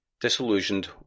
disillusioned